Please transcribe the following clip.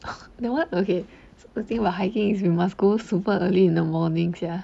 then what okay the thing about hiking is you must go super early in the morning sia